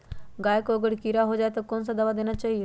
गाय को अगर कीड़ा हो जाय तो कौन सा दवा देना चाहिए?